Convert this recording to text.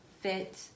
fit